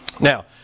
Now